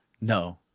no